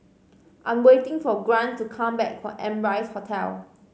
I'm waiting for Grant to come back from Amrise Hotel